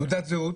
תעודת זהות,